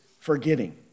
forgetting